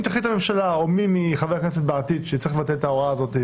אם תחליט הממשלה או מי מחברי הכנסת בעתיד שצריך לבטל את ההוראה הזאת,